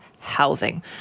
housing